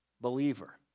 believer